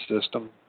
system